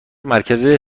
مرکز